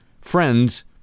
friends